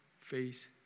face